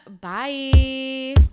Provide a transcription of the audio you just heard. bye